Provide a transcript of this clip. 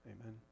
Amen